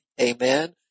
Amen